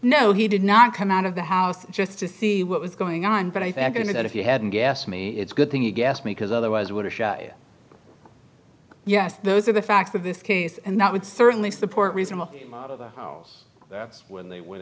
no he did not come out of the house just to see what was going on but i think you know that if you hadn't gas me it's a good thing you gassed me because otherwise would have yes those are the facts of this case and that would certainly support reason a lot of the house that's when they we